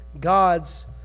God's